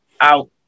out